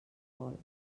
vol